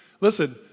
listen